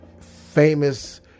famous